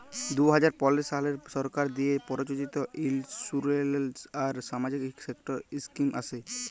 দু হাজার পলের সালে সরকার দিঁয়ে পরযোজিত ইলসুরেলস আর সামাজিক সেক্টর ইস্কিম আসে